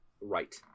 right